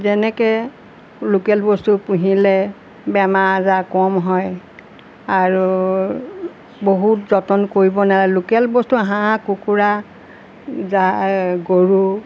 যেনেকৈ লোকেল বস্তু পুহিলে বেমাৰ আজাৰ কম হয় আৰু বহুত যতন কৰিব নালাগে লোকেল বস্তু হাঁহ কুকুৰা যা গৰু